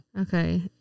okay